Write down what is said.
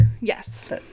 yes